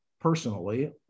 personally